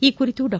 ಈ ಕುರಿತು ಡಾ